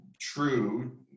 true